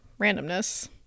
randomness